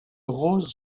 rose